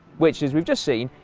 which as we've just seen,